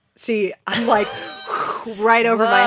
see. i'm like right over my